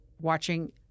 watching